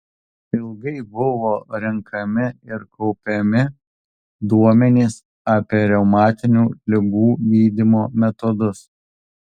ilgai buvo renkami ir kaupiami duomenys apie reumatinių ligų gydymo metodus